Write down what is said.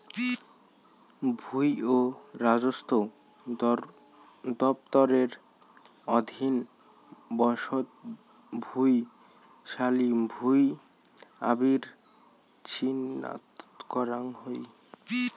ভুঁই ও রাজস্ব দফতরের অধীন বসত ভুঁই, শালি ভুঁই আদির হিছাব রাখাং হই